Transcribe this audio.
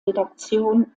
redaktion